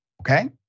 Okay